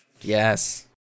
Yes